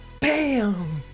BAM